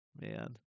man